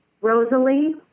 Rosalie